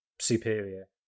superior